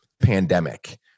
pandemic